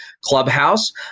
Clubhouse